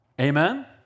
Amen